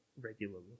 regularly